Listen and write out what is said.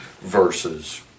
verses